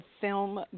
film